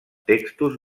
textos